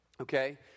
okay